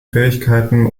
fähigkeiten